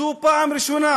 זו פעם ראשונה